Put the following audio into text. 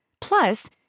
Plus